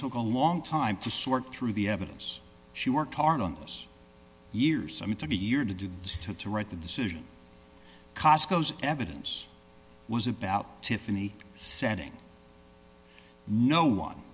took a long time to sort through the evidence she worked hard on those years i mean to be year to do this took to write the decision cost goes evidence was about to fany setting no one